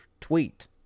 tweet